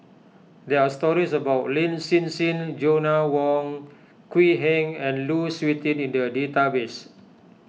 there are stories about Lin Hsin Hsin Joanna Wong Quee Heng and Lu Suitin in the database